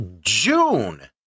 June